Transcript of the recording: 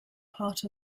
part